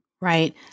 Right